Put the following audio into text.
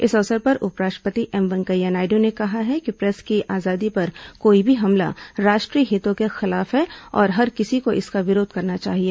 इस अवसर पर उपराष्ट्रपति एम वेंकैया नायडू ने कहा है कि प्रेस की आजादी पर कोई भी हमला राष्ट्रीय हितों के खिलाफ है और हर किसी को इसका विरोध करना चाहिए